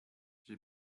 j’ai